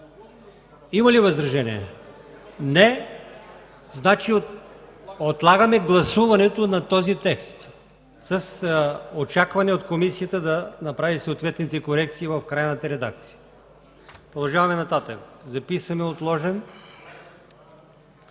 Има ли възражения? Няма. Отлагаме гласуването на този текст с очакване от комисията да направи съответните корекции в крайната редакция. Параграф 68 е отложен.